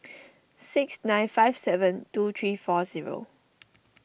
six nine five seven two three four zero